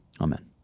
Amen